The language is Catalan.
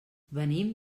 venim